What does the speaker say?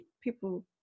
people